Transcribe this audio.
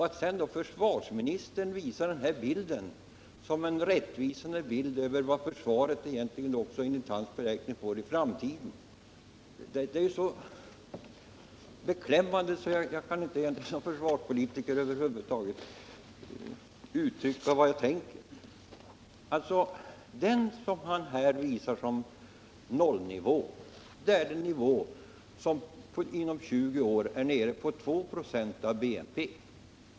Att försvarsministern ändå visar den här bilden som en rättvisande bild över vad försvaret enligt hans beräkning får i framtiden är beklämmande. Jag kan som försvarspolitiker över huvud taget inte uttrycka vad jag tänker om det. Den nivå som här visas som ram 2-nivå är den nivå som inom 20 år kommer att vara nere på 2 96 av BNP.